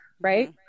right